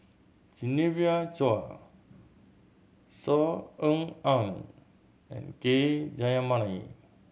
Genevieve Chua Saw Ean Ang and K Jayamani